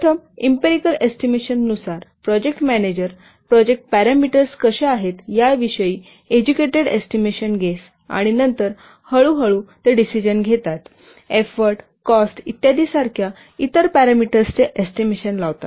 प्रथम empirical estimation नुसार project manager project parameters कशा आहेत याविषयी एज्युकेटेड एस्टिमेशन गेस आणि नंतर हळूहळू ते डिसिजन घेतात एफोर्ट कॉस्ट इत्यादिसारख्या इतर पॅरामीटर्सचे एस्टिमेशन लावतात